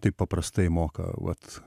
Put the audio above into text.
taip paprastai moka vat